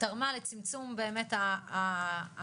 תרמה לצמצום התורים.